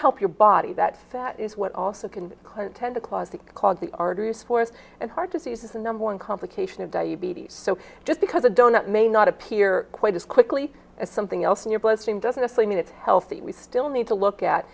help your body that fat is what also can tend to cause the cause the arteries forth and heart disease is a number one complication of diabetes so just because a donut may not appear quite as quickly as something else in your bloodstream doesn't mean it's healthy we still need to look at